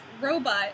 robot